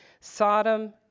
Sodom